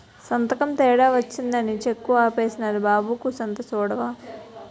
సంతకం తేడా వచ్చినాదని సెక్కు ఆపీనారు బాబూ కూసంత సూడవా